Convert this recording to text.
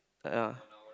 ah